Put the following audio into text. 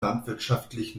landwirtschaftlich